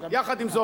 יחד עם זאת,